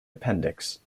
appendix